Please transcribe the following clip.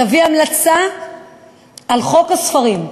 תביא המלצה לגבי חוק הספרים.